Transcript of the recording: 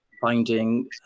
finding